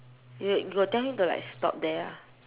w~ you got tell him to like stop there ah